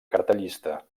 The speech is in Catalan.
cartellista